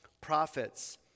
prophets